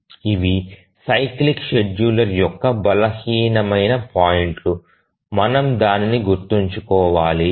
ఇవి cyclic scheduler యొక్క బలహీనమైన పాయింట్లు మనము దానిని గుర్తుంచుకోవాలి